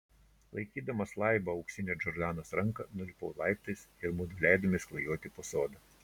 laikydamas laibą auksinę džordanos ranką nulipau laiptais ir mudu leidomės klajoti po sodą